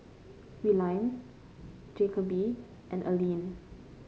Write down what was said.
Willaim Jacoby and Alleen